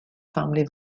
family